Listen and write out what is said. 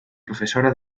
profesora